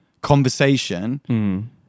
conversation